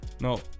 No